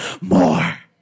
More